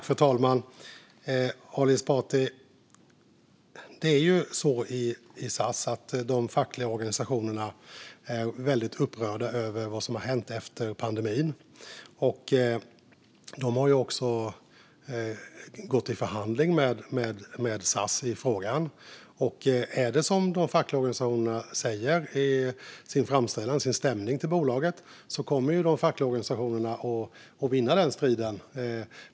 Fru talman! De fackliga organisationerna i SAS, Ali Esbati, är mycket upprörda över vad som har hänt på grund av pandemin. De har också gått i förhandling med SAS i frågan. Om det är som de fackliga organisationerna säger i sin stämning till bolaget kommer de fackliga organisationerna att vinna striden.